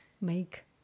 make